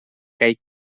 kaj